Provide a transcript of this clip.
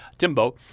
Timbo